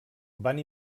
van